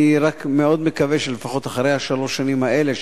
אני מאוד מקווה שלפחות אחרי שלוש השנים האלה,